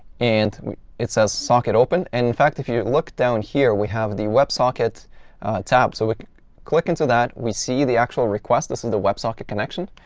and it says socket open. and in fact, if you look down here, we have the web socket tab. so we click into that. we see the actual request. this is the web socket connection.